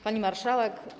Pani Marszałek!